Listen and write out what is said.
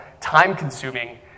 time-consuming